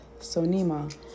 sonima